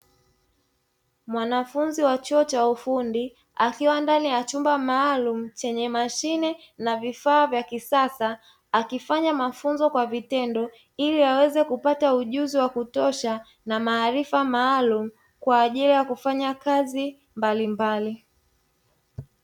Mwanafunzi wa chuo cha ufundi, akiwa ndani ya chumba maalumu chenye mashine na vifaa vya kisasa, akifanya mafunzo kwa vitendo, ili aweze kupata ujuzi wa kutosha na maarifa maalumu, kwa ajili ya kufanya kazi mbalimbali.